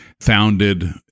founded